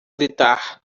gritar